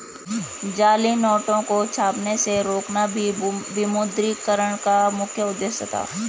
जाली नोटों को छपने से रोकना भी विमुद्रीकरण का मुख्य उद्देश्य था